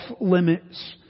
limits